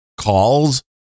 calls